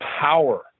power